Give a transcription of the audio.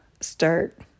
start